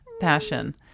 passion